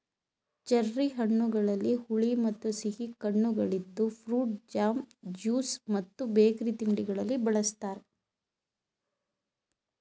cherry ಹಣ್ಣುಗಳಲ್ಲಿ ಹುಳಿ ಮತ್ತು ಸಿಹಿ ಕಣ್ಣುಗಳಿದ್ದು ಫ್ರೂಟ್ ಜಾಮ್, ಜ್ಯೂಸ್ ಮತ್ತು ಬೇಕರಿ ತಿಂಡಿಗಳಲ್ಲಿ ಬಳ್ಸತ್ತರೆ